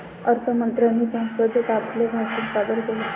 अर्थ मंत्र्यांनी संसदेत आपले भाषण सादर केले